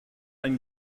ein